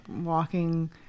walking